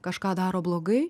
kažką daro blogai